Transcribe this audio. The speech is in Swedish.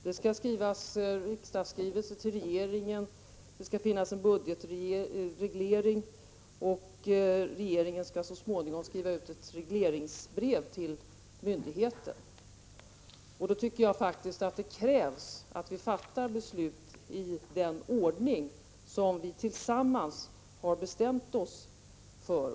Det skall skrivas riksdagsskrivelse till regeringen, det skall finnas en budgetreglering och regeringen skall så småningom skriva ut ett regleringsbrev till myndigheten. Då tycker jag faktiskt att det krävs att vi fattar beslut i den ordning som vi tillsammans har bestämt oss för.